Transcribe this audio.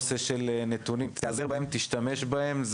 תיעזר בהם, תשתמש בהם.